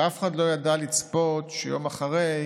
הרי אף אחד לא ידע לצפות שיום אחרי,